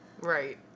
Right